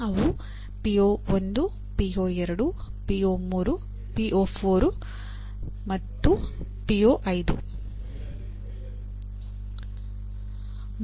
ಅವು ಪಿಒ 1